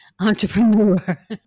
Entrepreneur